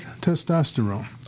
testosterone